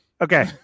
okay